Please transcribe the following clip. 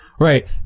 right